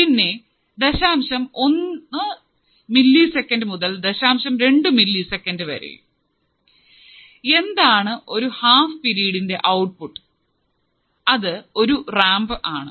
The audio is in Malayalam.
പിന്നേ ദശാംശം ഒന്ന് മില്ലി സെക്കന്റ് മുതൽ ദശാംശം രണ്ടു മില്ലി സെക്കന്റ് വരെ എന്താണ് ഒരു ഹാഫ് പിരീഡിന്റെ ഔട്ട്പുട്ട് അത് ഒരു റാംപ് ആണ്